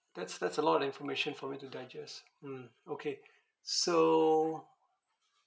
that's that's a lot of information for me to digest mm okay so